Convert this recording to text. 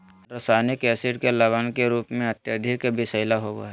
hydrocyanic acid के लवण के रूप में अत्यधिक विषैला होव हई